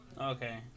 Okay